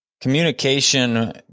Communication